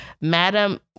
Madam